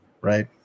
right